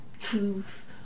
truth